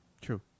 True